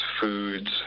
foods